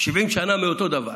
70 שנה מאותו דבר.